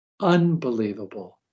unbelievable